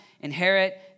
inherit